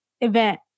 event